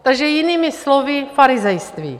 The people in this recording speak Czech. Takže jinými slovy, farizejství.